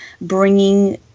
bringing